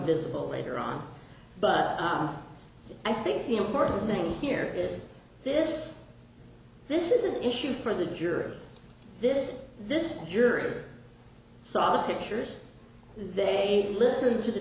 visible later on but i think the important thing here is this this is an issue for the jury this this jury saw the pictures they listened to the